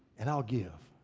and i'll give.